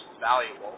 valuable